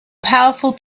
powerful